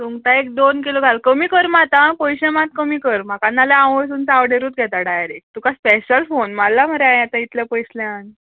सुंगटां एक दोन किलो घाल कमी कर मात आ पयशे मात कमी कर म्हाका नाल्या आंव वसून चावडेरूत घेता डायरेक तुका स्पॅशल फोन मारला मरे हांवें आतां इतल्या पयसल्यान